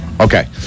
Okay